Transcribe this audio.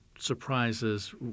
surprises